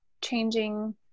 changing